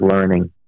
learning